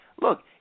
look